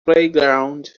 playground